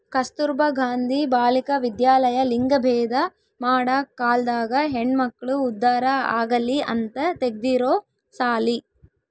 ಕಸ್ತುರ್ಭ ಗಾಂಧಿ ಬಾಲಿಕ ವಿದ್ಯಾಲಯ ಲಿಂಗಭೇದ ಮಾಡ ಕಾಲ್ದಾಗ ಹೆಣ್ಮಕ್ಳು ಉದ್ದಾರ ಆಗಲಿ ಅಂತ ತೆಗ್ದಿರೊ ಸಾಲಿ